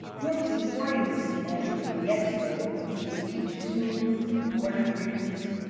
group supporting this measure with a yes vote include teachers unions, the board of regents,